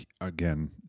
again—